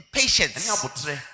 patience